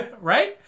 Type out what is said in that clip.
Right